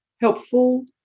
helpful